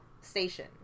Station